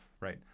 right